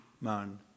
man